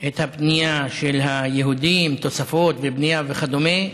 את הבנייה של היהודים, תוספות ובנייה וכדומה,